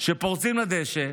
שפורצים לדשא,